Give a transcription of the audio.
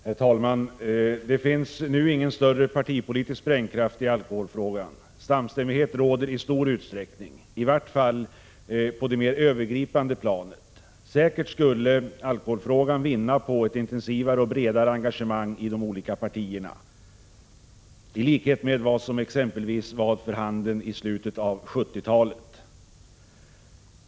Herr talman! Det finns nu ingen större partipolitisk sprängkraft i alkoholfrågan. Samstämmighet råder i stor utsträckning, i vart fall på det mer övergripande planet. Säkert skulle alkoholfrågan vinna på ett intensivare och bredare engagemang i de olika partierna, i likhet med vad som exempelvis var för handen i slutet av 1970-talet.